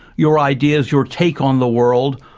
your ideas, your take on the world,